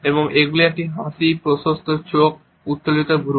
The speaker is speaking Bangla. এবং এগুলি একটি হাসি প্রশস্ত চোখ উত্তোলিত ভ্রু